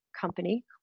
company